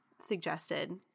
suggested